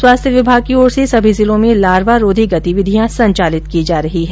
स्वास्थ्य विभाग की ओर से सभी जिलों में लार्वारोधी गतिविधियां संचालित की जा रही है